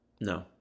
no